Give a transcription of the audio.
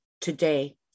today